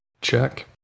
check